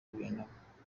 guverinoma